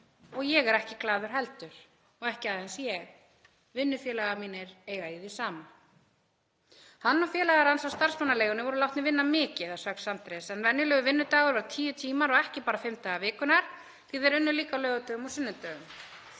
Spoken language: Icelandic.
og ég er ekki glaður heldur. Og ekki aðeins ég. Vinnufélagar mínir eiga í því sama.“ Hann og félagar hans á starfsmannaleigunni voru látnir vinna mikið að sögn Sandris, en venjulegur vinnudagur var tíu tímar og ekki bara fimm daga vikunnar því að þeir unnu líka á laugardögum og sunnudögum.